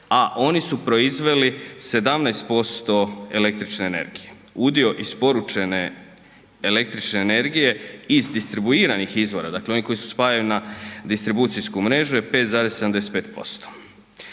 a oni su proizveli 17% električne energije, udio isporučene električne energije iz distribuiranih izvora, dakle onih koji se spajaju na distribucijsku mrežu je 5,75%.